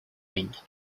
wind